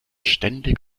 ständig